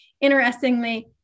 interestingly